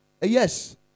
Yes